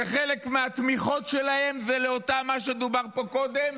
שחלק מהתמיכות שלהם זה לאותם מה שדובר פה קודם,